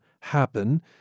happen